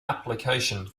application